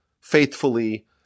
faithfully